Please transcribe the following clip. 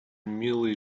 милый